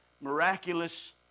miraculous